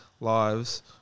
lives